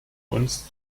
uns